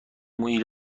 مویی